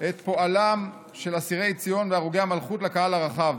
את פועלם של אסירי ציון והרוגי המלכות לקהל הרחב.